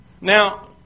Now